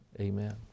Amen